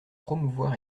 promouvoir